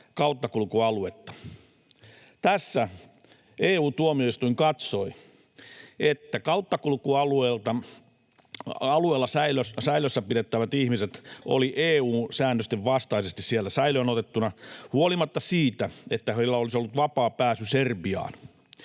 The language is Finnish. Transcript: kauttakulkualuetta. Tässä EU-tuomioistuin katsoi, että kauttakulkualueella säilössä pidettävät ihmiset olivat EU-säännösten vastaisesti siellä säilöön otettuina huolimatta siitä, että heillä olisi ollut vapaa pääsy Serbiaan.